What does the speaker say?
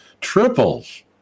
triples